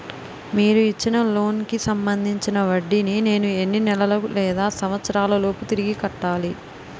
మీరు ఇచ్చిన లోన్ కి సంబందించిన వడ్డీని నేను ఎన్ని నెలలు లేదా సంవత్సరాలలోపు తిరిగి కట్టాలి?